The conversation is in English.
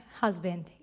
husband